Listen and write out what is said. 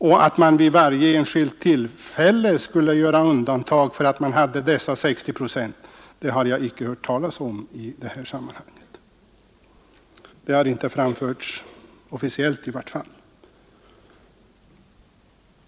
Och att man för varje enskilt flygtillfälle skulle göra reservationer för att man hade 60 procents beläggning har jag inte hört talas om — det har i varje fall inte framförts officiellt.